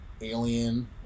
alien